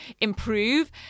improve